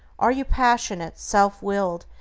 are you passionate, self-willed,